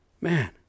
Man